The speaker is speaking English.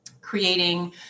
creating